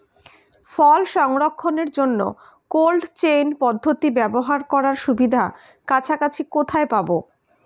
ফল সংরক্ষণের জন্য cold chain পদ্ধতি ব্যবহার করার সুবিধা কাছাকাছি কোথায় পাবো?